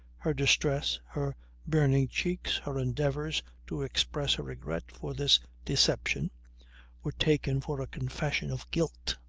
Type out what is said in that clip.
her distress, her burning cheeks, her endeavours to express her regret for this deception were taken for a confession of guilt.